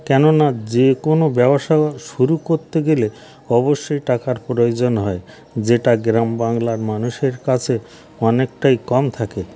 কেননা যে কোনো ব্যবসা শুরু করতে গেলে অবশ্যই টাকার প্রয়োজন হয় যেটা গ্রামবাংলার মানুষের কাছে অনেকটাই কম থাকে